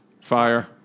Fire